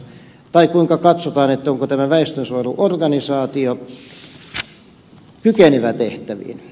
tai kuinka katsotaan että tämä väestönsuojeluorganisaatio on kykenevä tehtäviin